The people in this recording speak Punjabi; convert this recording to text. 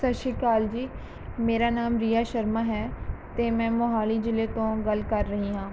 ਸਤਿ ਸ਼੍ਰੀ ਅਕਾਲ ਜੀ ਮੇਰਾ ਨਾਮ ਰੀਆ ਸ਼ਰਮਾ ਹੈ ਅਤੇ ਮੈਂ ਮੋਹਾਲੀ ਜ਼ਿਲ੍ਹੇ ਤੋਂ ਗੱਲ ਕਰ ਰਹੀ ਹਾਂ